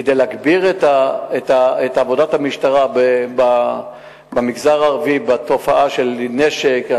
כדי להגביר את עבודת המשטרה במגזר הערבי בתופעות של נשק,